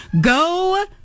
Go